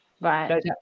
Right